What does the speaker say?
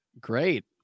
Great